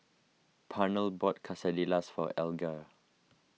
Pernell bought Quesadillas for Alger